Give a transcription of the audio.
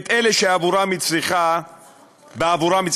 את אלה שבעבורם היא צריכה לעבוד.